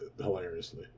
hilariously